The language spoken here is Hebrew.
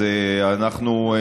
אז אנחנו,